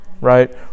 right